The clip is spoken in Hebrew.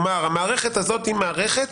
כלומר המערכת הזו נועדה